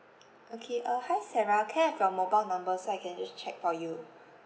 okay uh hi sarah can I have your mobile number so I can just check for you